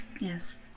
Yes